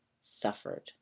suffered